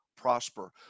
prosper